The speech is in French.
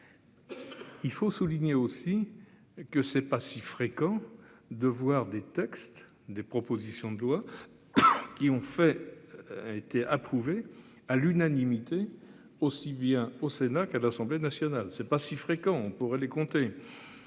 Il faut souligner aussi que c'est pas si fréquent de voir des textes, des propositions de loi. Qui ont fait. A été approuvé à l'unanimité aussi bien au Sénat qu'à l'Assemblée nationale. C'est pas si fréquent pour les compter.